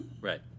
right